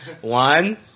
One